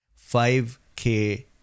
5k